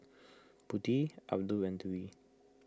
Budi Abdul and Dwi